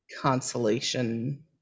consolation